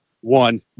one